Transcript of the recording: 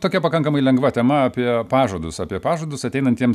tokia pakankamai lengva tema apie pažadus apie pažadus ateinantiems